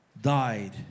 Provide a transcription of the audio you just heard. died